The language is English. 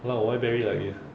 !walao! why barry like this